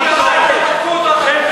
כי תקפו אותו, אתה קופץ?